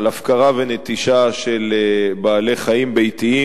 על הפקרה ונטישה של בעלי-חיים ביתיים